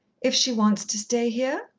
if she wants to stay here?